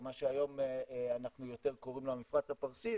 או מה שהיום אנחנו יותר קוראים לו המפרץ הפרסי,